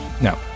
No